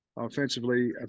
offensively